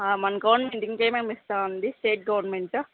మన గవర్నమెంట్ ఇంకేమేమి ఇస్తోంది స్టేట్ గవర్నమెంటు